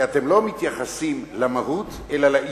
כי אתם לא מתייחסים למהות אלא לעיתוי.